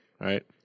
right